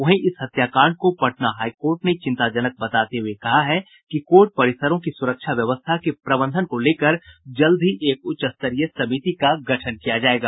वहीं इस हत्याकांड को पटना हाई कोर्ट ने चिंताजनक बताते हुये कहा है कि कोर्ट परिसरों की सुरक्षा व्यवस्था के प्रबंधन को लेकर जल्द ही एक उच्च स्तरीय समिति का गठन किया जायेगा